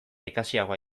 ikasiagoa